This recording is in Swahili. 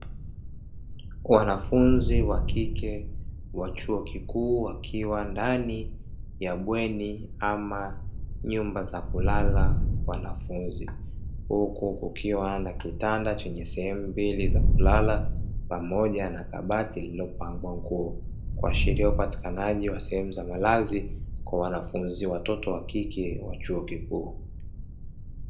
Wanafunzi wa kike wa chuo kikuu wakiwa ndani ya bweni ama nyumba za kulala wanafunzi, huku kukiwa na kitanda chenye sehemu mbili za kulala pamoja na kabati lililopangwa nguo. Kuashiria upatikanaji wa sehemu za malazi kwa wanafunzi watoto wa kike wa chuo kikuu.